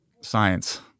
science